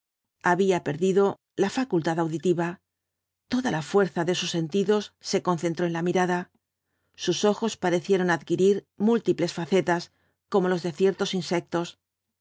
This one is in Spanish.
había perdido la facultad auditiva toda la fuerza de sus sentidos se concentró en la mirada sus ojos parecieron adquirir t blasoo ibáübb múltiples facetas como los de ciertos insectos